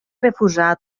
refusar